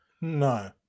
No